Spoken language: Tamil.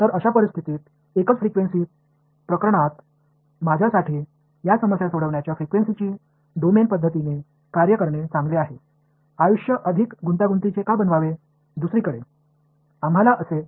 எனவே அந்த ஒற்றை அதிர்வெண் விஷயத்தில் சிக்கல்களைத் தீர்க்க ஒரு ஃபிரிகியூன்சி டொமைன் உடன் பணியாற்றுவது எனக்கு நல்லது ஏன் வாழ்க்கையை மிகவும் சிக்கலாக்குகிறது